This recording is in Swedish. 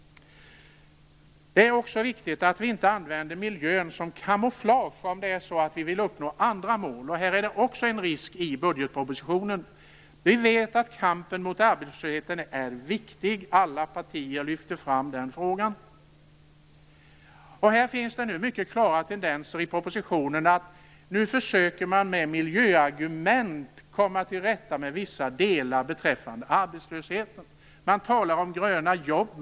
Det är också viktigt att vi inte använder miljön som kamouflage om vi vill uppnå andra mål. Också här innebär budgetpropositionen en risk. Vi vet att kampen mot arbetslösheten är viktig. Alla partier lyfter fram den frågan. Det finns mycket klara tendenser i propositionen. Nu försöker man med miljöargument komma till rätta med vissa delar beträffande arbetslösheten. Man talar om gröna jobb.